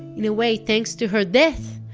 in a way, thanks to her death,